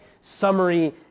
summary